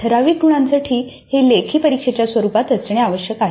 ठराविक गुणांसाठी हे लेखी परीक्षेच्या स्वरूपात असणे आवश्यक आहे